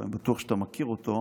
ואני בטוח שאתה מכיר אותו,